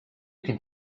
can